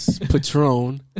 patron